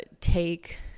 take